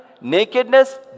nakedness